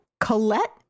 Colette